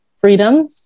freedom